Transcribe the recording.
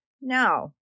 No